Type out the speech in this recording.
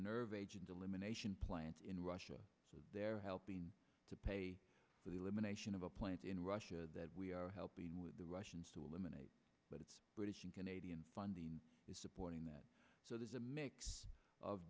nerve agent elimination plan in russia they're helping to pay for the limitation of a plant in russia that we are helping with the russians to eliminate but it's british and canadian funding supporting that so there's a mix of